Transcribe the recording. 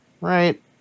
Right